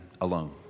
alone